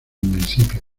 municipio